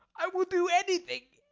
i will do anything,